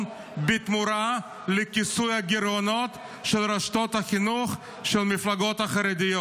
בתמורה לכיסוי הגירעונות של רשתות החינוך של המפלגות החרדיות?